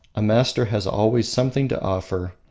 a master has always something to offer,